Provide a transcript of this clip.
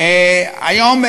היום,